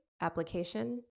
application